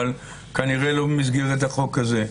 אבל כנראה לא במסגרת החוק הזה.